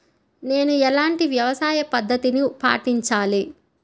నేను ఎలాంటి వ్యవసాయ పద్ధతిని పాటించాలి?